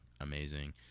amazing